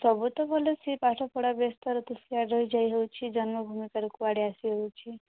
ସବୁ ତ ଭଲ ସେ ପାଠ ପଢ଼ା ବ୍ୟସ୍ତରେ ତ ସେଆଡ଼େ ରହିଯାଇ ହେଉଛି ଜନ୍ମଭୂମିକୁ ଆରୁ କୁଆଡ଼େ ଆସି ହେଉଛି